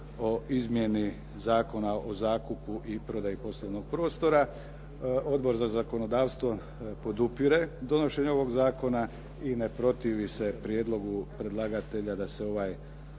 o izmjeni Zakona o zakupu i prodaju poslovnog prostora, Odbor za zakonodavstvo podupire donošenje ovog zakona i ne protivi se prijedlogu predlagatelja da se ovaj